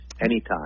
Anytime